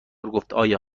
گفتایا